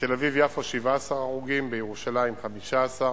בתל-אביב יפו, 17 הרוגים, בירושלים, 15,